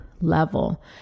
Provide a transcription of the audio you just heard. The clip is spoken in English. level